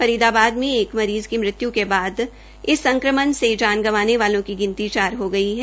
फरीदाबाद में एक मरीज़ की मृत्यू के बाद इस संक्रमण से भान गवांने वालों की गिनती चार हो गई है